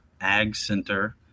agcenter